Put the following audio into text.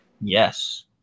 Yes